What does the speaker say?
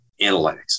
analytics